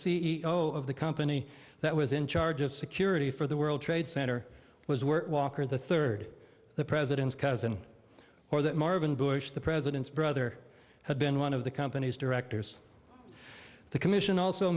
o of the company that was in charge of security for the world trade center was work walker the third the president's cousin or that marvin bush the president's brother had been one of the company's directors the commission also